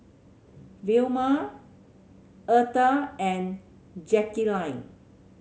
Vilma Eartha and Jackeline